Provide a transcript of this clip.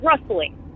rustling